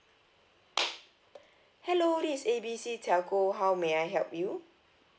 hello this is A B C telco how may I help you